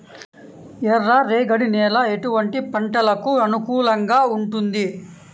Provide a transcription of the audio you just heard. ఎర్ర రేగడి నేల ఎటువంటి పంటలకు అనుకూలంగా ఉంటుంది?